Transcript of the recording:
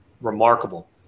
remarkable